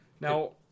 Now